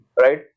right